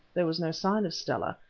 there was no sign of stella,